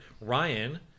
Ryan